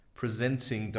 presenting